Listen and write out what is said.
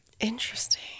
interesting